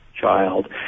child